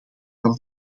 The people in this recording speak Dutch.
van